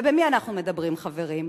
ובמי אנחנו מדברים, חברים?